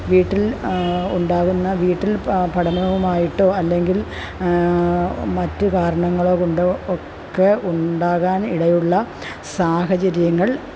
വീട്ടില് ഉണ്ടാകുന്ന വീട്ടില് പഠനവുമായിട്ടോ അല്ലെങ്കില് മറ്റ് കാരണങ്ങളോ കൊണ്ടോ ഒക്കെ ഉണ്ടാകാന് ഇടയുള്ള സാഹചര്യങ്ങള്